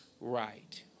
right